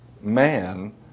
man